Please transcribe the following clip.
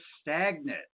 stagnant